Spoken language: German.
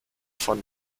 von